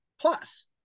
plus